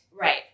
Right